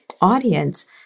audience